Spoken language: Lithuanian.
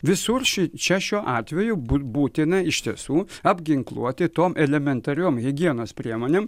visur ši čia šiuo atveju bū būtina iš tiesų apginkluoti tom elementariom higienos priemonėm